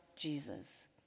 Jesus